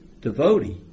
devotee